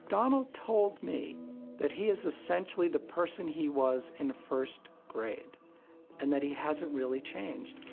donald told me that he is essentially the person he was in first grade and that he hasn't really changed.